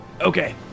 Okay